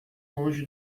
longe